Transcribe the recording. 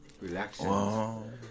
Relaxing